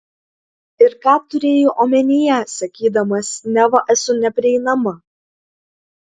ir ką turėjai omenyje sakydamas neva esu neprieinama